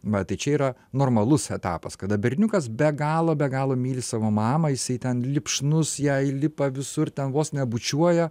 va tai čia yra normalus etapas kada berniukas be galo be galo myli savo mamą jisai ten lipšnus jai lipa visur ten vos nebučiuoja